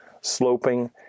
sloping